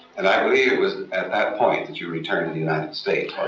and i believe it was at that point that you returned to the united states.